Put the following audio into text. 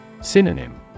Synonym